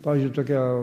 pavyzdžiui tokia